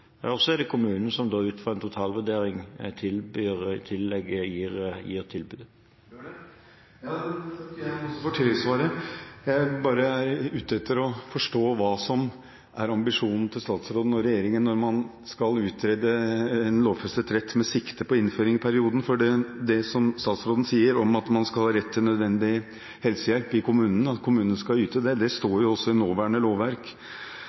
og omsorgsforvaltningen som avgjør dette, men fastlegenes synspunkter tillegges selvfølgelig stor betydning når det gjelder vurdering av hva som er pasientens, innbyggerens, behov. Så er det kommunen som ut fra en totalvurdering gir tilbudet. Takk igjen for svaret. Jeg er ute etter å forstå hva som er ambisjonen til statsråden og regjeringen når man skal utrede en lovfestet rett med sikte på innføringsperioden. Det statsråden sier om at man skal ha rett til nødvendig helsehjelp i kommunene, og at kommunene skal yte det, står jo i nåværende